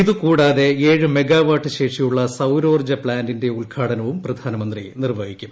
ഇതുകൂടാതെ ഏഴ് മെഗാവാട്ട് ശേഷിയുള്ള സൌരോർജ്ജ പ്താന്റിന്റെ ഉദ്ഘാടനവും പ്രധാനമന്ത്രി നിർവ്വഹിക്കും